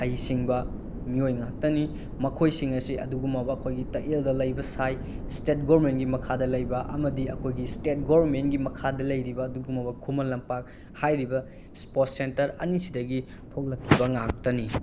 ꯍꯩꯁꯤꯡꯕ ꯃꯤꯑꯣꯏ ꯉꯥꯛꯇꯅꯤ ꯃꯈꯣꯏꯁꯤꯡ ꯑꯁꯤ ꯑꯗꯨꯒꯨꯝꯂꯕ ꯑꯩꯈꯣꯏꯒꯤ ꯇꯥꯛꯌꯦꯜꯗ ꯂꯩꯕ ꯁꯥꯏ ꯁ꯭ꯇꯦꯠ ꯒꯣꯔꯃꯦꯟꯒꯤ ꯃꯈꯥꯗ ꯂꯩꯕ ꯑꯃꯗꯤ ꯑꯩꯈꯣꯏꯒꯤ ꯁ꯭ꯇꯦꯠ ꯒꯣꯔꯃꯦꯟꯒꯤ ꯃꯈꯥꯗ ꯂꯩꯔꯤꯕ ꯑꯗꯨꯒꯨꯝꯂꯕ ꯈꯨꯃꯟ ꯂꯝꯄꯥꯛ ꯍꯥꯏꯔꯤꯕ ꯁ꯭ꯄꯣꯔꯠ ꯁꯦꯟꯇꯔ ꯑꯅꯤꯁꯤꯗꯒꯤ ꯊꯣꯛꯂꯛꯈꯤꯕ ꯉꯥꯛꯇꯅꯤ